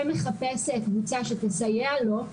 ומחפש קבוצה שתסייע לו.